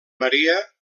maria